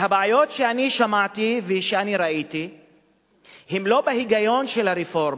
והבעיות שאני שמעתי ושאני ראיתי הן לא בהיגיון של הרפורמה.